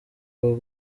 ubu